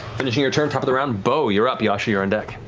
finishing your turn. top of the round, beau, you're up. yasha, you're on deck.